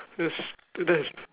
that't th~ that's